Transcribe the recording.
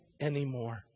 anymore